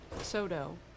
Soto